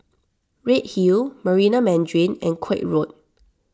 Redhill Marina Mandarin and Koek Road